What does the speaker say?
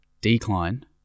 decline